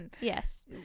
Yes